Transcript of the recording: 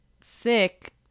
sick